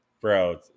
Bro